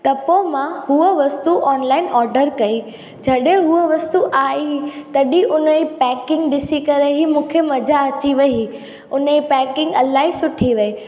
त पोइ मां हूअ वस्तु ऑनलाइन ऑडर कई जॾहिं हूअ वस्तु आई तॾहिं उन जी पैकिंग ॾिसी करे ई मूंखे मज़ा अची वई उन जी पैकिंग इलाही सुठी हुई